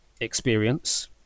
experience